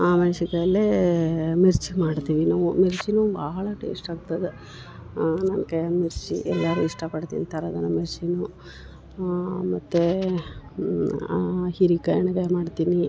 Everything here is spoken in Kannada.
ಆ ಮೆಣ್ಶಿನ್ಕಾಯಲ್ಲೇ ಮಿರ್ಚಿ ಮಾಡ್ತೀವಿ ನಾವು ಮಿರ್ಚಿನು ಭಾಳ ಟೇಸ್ಟ್ ಆಗ್ತದ ನನ್ನ ಕೈಯಾಂಗ ಮಿರ್ಚಿ ಎಲ್ಲಾರು ಇಷ್ಟಪಟ್ಟು ತಿಂತಾರ ಅದನ್ನ ಮಿರ್ಚಿನು ಮತ್ತು ಹಿರಿಕಾಯಿ ಎಣ್ಗಾಯಿ ಮಾಡ್ತೀನಿ